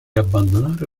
abbandonare